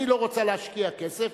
אני לא רוצה להשקיע כסף,